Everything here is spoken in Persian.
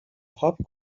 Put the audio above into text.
پاپ